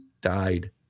died